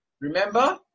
remember